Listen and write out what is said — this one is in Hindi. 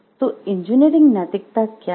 तो इंजीनियरिंग नैतिकता क्या है